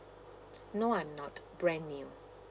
no I'm not brand new